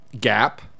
Gap